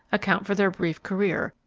account for their brief career,